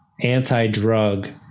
anti-drug